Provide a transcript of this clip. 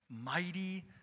Mighty